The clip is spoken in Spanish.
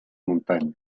montaña